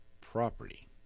property